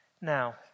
Now